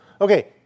Okay